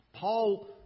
Paul